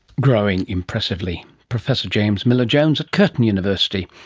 growing impressively. professor james miller-jones at curtin university.